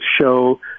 show